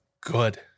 good